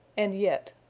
and yet.